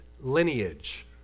lineage